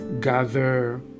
gather